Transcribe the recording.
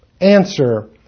Answer